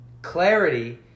Clarity